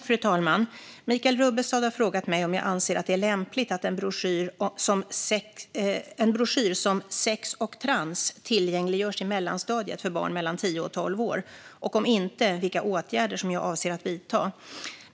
Fru talman! Michael Rubbestad har frågat mig om jag anser att det är lämpligt att en broschyr som Sex och trans tillgängliggörs i mellanstadiet för barn mellan tio och tolv år och vilka åtgärder jag avser att vidta om så inte är fallet.